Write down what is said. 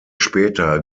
später